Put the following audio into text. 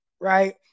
right